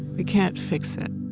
we can't fix it